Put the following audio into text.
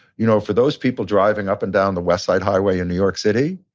you know, for those people driving up and down the west side highway in new york city,